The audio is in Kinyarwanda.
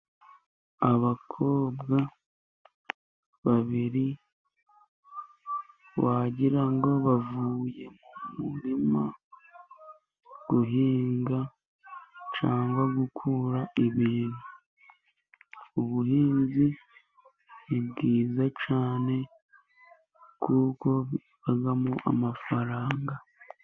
Abakobwa babiri wagira ngo bavuye mu murima guhinga cyangwa gukura ibintu. Ubuhinzi ni bwiza cyane, kuko bubamo amafaranga.